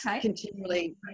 continually